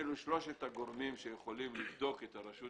אלו שלושת הגורמים שיכולים לבדוק את הרשות